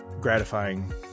gratifying